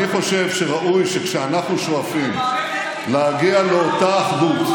אני חושב שראוי שכשאנחנו שואפים להגיע לאותה אחדות,